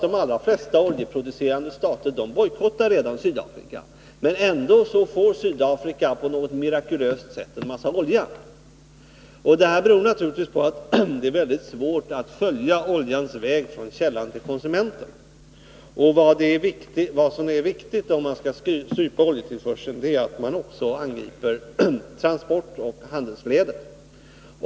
De allra flesta oljeproducerande stater bojkottar ju redan Sydafrika, men på något mirakulöst sätt får Sydafrika i alla fall en mängd olja. Detta beror naturligtvis på att det är mycket svårt att följa oljans väg från källan till konsumenten. Vill man strypa oljetillförseln är det viktigt att man också angriper transportoch handelsleder.